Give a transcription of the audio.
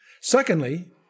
Secondly